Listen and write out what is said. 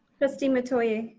trustee metoyer.